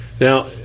Now